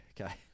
Okay